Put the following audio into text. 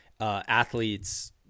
athletes